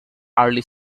early